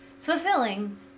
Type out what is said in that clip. fulfilling